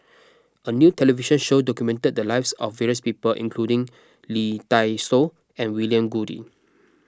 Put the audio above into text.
a new television show documented the lives of various people including Lee Dai Soh and William Goode